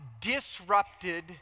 disrupted